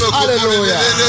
hallelujah